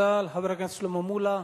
תודה לחבר הכנסת שלמה מולה.